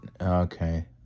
okay